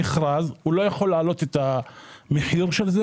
במכרז הוא לא יכול להעלות את המחיר של זה